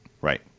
Right